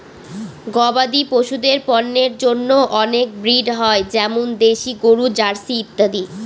গবাদি পশুদের পন্যের জন্য অনেক ব্রিড হয় যেমন দেশি গরু, জার্সি ইত্যাদি